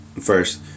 first